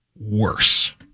worse